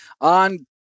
on